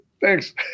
Thanks